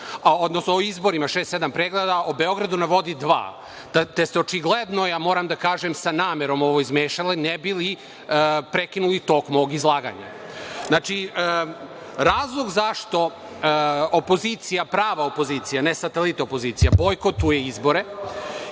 odnosno o izborima šest, sedam predloga, a o „Beogradu na vodi“ dva. Te ste očigledno, ja moram da kažem, sa namerom ovo izmešali, ne bi li prekinuli tok mog izlaganja. Znači, razlog zašto opozicija, prava opozicija, ne satelit opozicija, bojkotuje izbore,